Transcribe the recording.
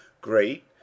great